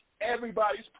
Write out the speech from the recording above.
everybody's